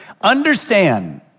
Understand